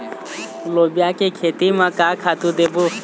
लोबिया के खेती म का खातू देबो?